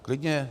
Klidně.